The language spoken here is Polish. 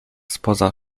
spoza